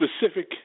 specific